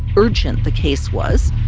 urgent the case was.